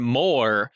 more